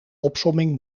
opsomming